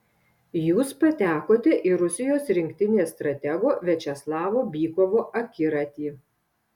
jūs patekote į rusijos rinktinės stratego viačeslavo bykovo akiratį